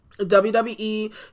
WWE